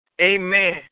amen